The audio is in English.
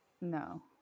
no